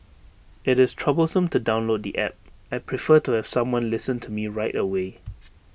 IT is troublesome to download the App I prefer to have someone listen to me right away